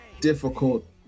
difficult